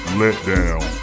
letdown